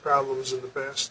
problems are the best